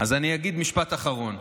אז אני אגיד משפט אחרון.